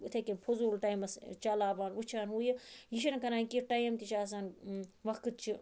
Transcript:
یِتھے کَنۍ فضول ٹایمَس چَلاوان وٕچھان ہُہ یہِ یہِ چھِ نہٕ کَران کہِ ٹایم تہِ چھ آسان وقت چھ